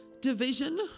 division